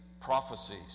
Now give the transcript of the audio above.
prophecies